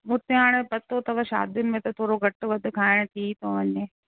हुते त हाणे पतो अथव शादियुनि में त थोरो घटि वधि खाइणु थी थो वञे